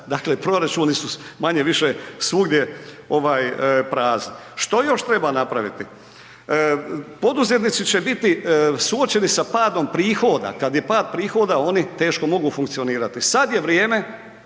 dakle proračuni su manje-više svugdje ovaj prazni. Što još treba napraviti? Poduzetnici će biti suočeni sa padom prihoda, kad je pad prihoda oni teško mogu funkcionirati, sad je vrijeme,